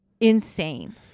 insane